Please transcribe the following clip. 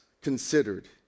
considered